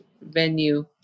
venue